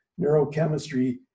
neurochemistry